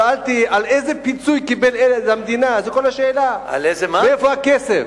שאלתי איזה פיצוי קיבל עד המדינה ומאיפה הכסף,